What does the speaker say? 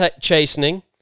chastening